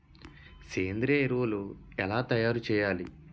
సేంద్రీయ ఎరువులు ఎలా తయారు చేయాలి?